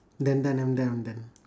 done done I'm done I'm done